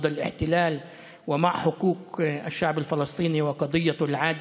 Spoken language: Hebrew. ירושלים ונגד הכיבוש ובעד זכויות העם